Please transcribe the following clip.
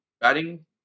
Batting